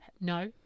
No